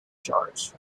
charge